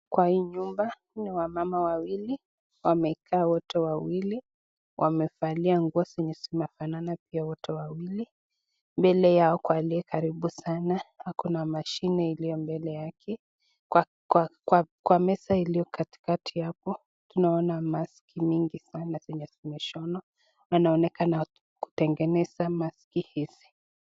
Kwa hii nyumba kuna wamama wawili wamekaa wote wawili wamevalia nguo zenye zimefanana pia wote wawili. Mbele yao walio karibu sana wako na mashini iliyo mbele yake kwa meza iliyo katikati hapo tunaona maski nyingi sana zenye zimeshonwa, wanaonekana kutengeneza maski hizi.